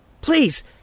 Please